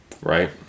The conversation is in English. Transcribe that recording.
right